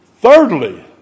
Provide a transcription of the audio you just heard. Thirdly